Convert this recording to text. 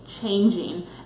changing